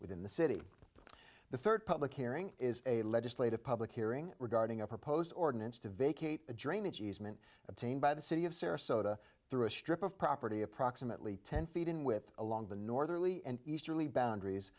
within the city the third public hearing is a legislative public hearing regarding a proposed ordinance to vacate the drainage easement obtained by the city of sarasota through a strip of property approximately ten feet in with along the northerly and easterly boundaries